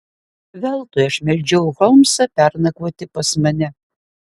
veltui aš meldžiau holmsą pernakvoti pas mane